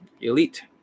Elite